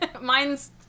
Mine's